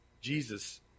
Jesus